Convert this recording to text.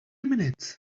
minutes